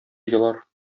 елар